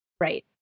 right